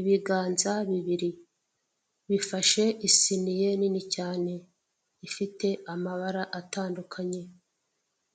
Ibiganza bibiri bifashe isiniye nini cyane ifite amabara atandukanye